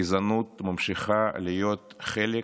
הגזענות ממשיכה להיות חלק